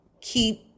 keep